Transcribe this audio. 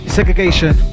Segregation